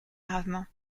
gravement